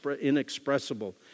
inexpressible